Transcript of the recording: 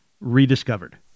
Rediscovered